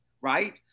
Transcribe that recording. right